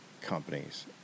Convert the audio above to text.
Companies